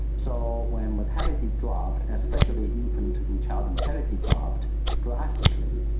so when mortality dropped, especially infant and child and mortality dropped drastically,